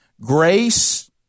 Grace